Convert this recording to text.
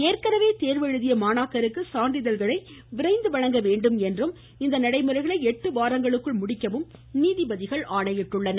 ஏற்கனவே தேர்வு எழுதிய மாணாக்கருக்கு சான்றிதழ்களை விரைந்து வழங்க வேண்டும் எனவும் இந்த நடைமுறைகளை எட்டு வாரத்திற்குள் முடிக்கவும் நீதிபதிகள் ஆணையிட்டனர்